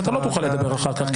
אתה לא תוכל לדבר אחר כך,